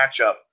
matchup